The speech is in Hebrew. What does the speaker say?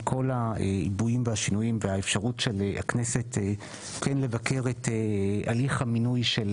עם כל העיבויים והשינויים והאפשרות של הכנסת כן לבקר את הליך המינוי של